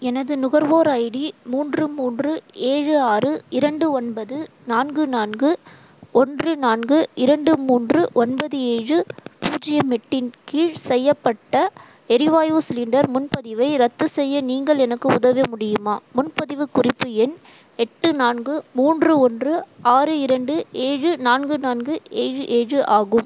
எனது நுகர்வோர் ஐடி மூன்று மூன்று ஏழு ஆறு இரண்டு ஒன்பது நான்கு நான்கு ஒன்று நான்கு இரண்டு மூன்று ஒன்பது ஏழு பூஜ்ஜியம் எட்டின் கீழ் செய்யப்பட்ட எரிவாய்வு சிலிண்டர் முன்பதிவை ரத்து செய்ய நீங்கள் எனக்கு உதவ முடியுமா முன்பதிவு குறிப்பு எண் எட்டு நான்கு மூன்று ஒன்று ஆறு இரண்டு ஏழு நான்கு நான்கு ஏழு ஏழு ஆகும்